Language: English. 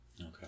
Okay